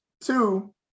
Two